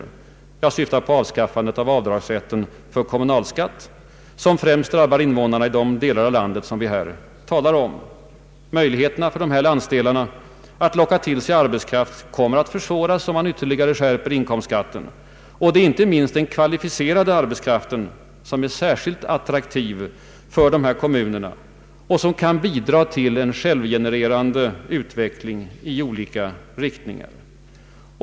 Jag syf Ang. regionalpolitiken tar på avskaffandet av avdragsrätten för kommunalskatt, som främst drabbar invånarna i de delar av landet som vi här talar om. Möjligheterna för dessa landsdelar att locka till sig arbetskraft kommer att försvåras då man ytterligare skärper inkomstskatten. Och det är inte minst den kvalificerade arbetskraften som är särskilt attraktiv för dessa kommuner och som kan bidra till en självgenererande utveckling i olika riktningar.